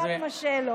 עאידה כועסת.